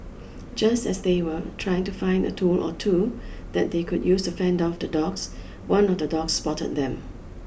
just as they were trying to find a tool or two that they could use to fend off the dogs one of the dogs spotted them